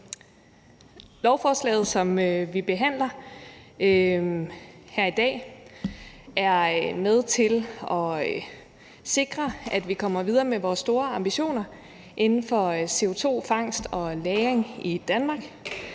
Lovforslaget, som vi behandler her i dag, er med til at sikre, at vi kommer videre med vores store ambitioner inden for CO2-fangst og -lagring i Danmark.